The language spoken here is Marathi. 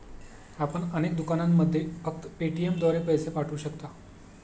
आपण अनेक दुकानांमध्ये फक्त पेटीएमद्वारे पैसे पाठवू शकता